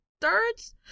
thirds